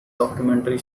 documentary